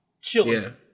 chilling